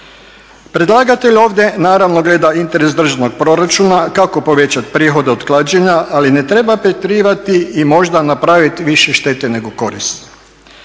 Predlagatelj ovdje naravno gleda interes državnog proračuna, kako povećati prihode od klađenja, ali ne treba pretjerivati i možda napraviti više štete nego koristi.